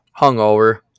hungover